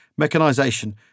mechanisation